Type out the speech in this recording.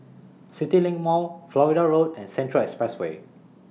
CityLink Mall Florida Road and Central Expressway